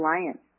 alliance